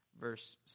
verse